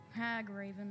hagraven